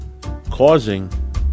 causing